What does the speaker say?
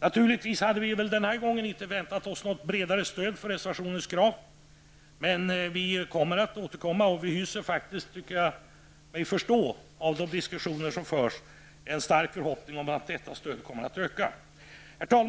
Naturligtvis hade vi inte denna gång väntat oss något bredare stöd för kraven i reservationen. Vi har dock för avsikt att återkomma, och vi hyser faktiskt en stark förhoppning om att detta stöd kommer att öka -- det är något som jag tycker mig förstå av de diskussioner som förs.